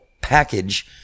package